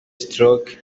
stroke